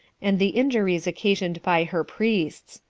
and the injuries occasioned by her priests.